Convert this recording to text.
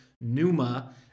Numa